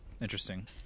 interesting